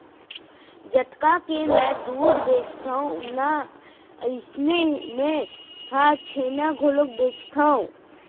जतका के मैं दूद बेचथव ना अइसनहे मैं हर छेना घलौ बेचथॅव